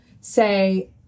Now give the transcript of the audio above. say